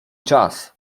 czas